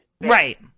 Right